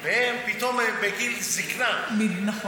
והם פתאום בגיל זקנה נעשים עיוורים,